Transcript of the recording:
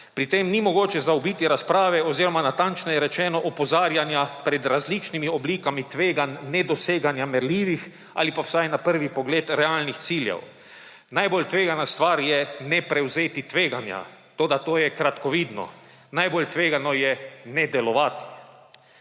Pri tem ni mogoče zaobiti razprave oziroma natančneje rečeno opozarjanja pred različnimi oblikami tveganj nedoseganja merljivih ali pa vsaj na prvi pogled realnih ciljev. Najbolj tvegana stvar je ne prevzeti tveganja, toda to je kratkovidno. Najbolj tvegano je ne delovati.